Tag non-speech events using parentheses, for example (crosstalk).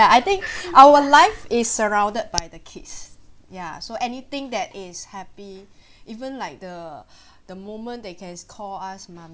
I think (breath) our life is surrounded by the kids ya so anything that is happy (breath) even like the (breath) the moment they can call us